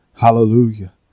hallelujah